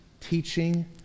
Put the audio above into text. teaching